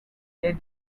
they